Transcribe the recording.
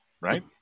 Right